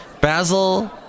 Basil